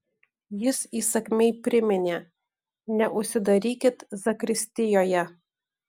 jis įsakmiai priminė neužsidarykit zakristijoje